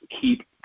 keep